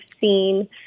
seen